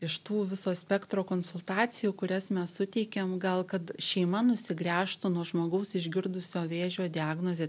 iš tų viso spektro konsultacijų kurias mes suteikiam gal kad šeima nusigręžtų nuo žmogaus išgirdusio vėžio diagnozę